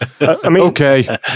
Okay